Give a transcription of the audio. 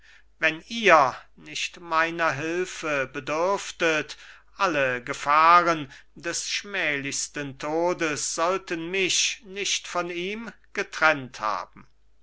wenn ihr nicht meiner hülfe bedürftet alle gefahren des schmählichsten todes sollten mich nicht von ihm getrennt haben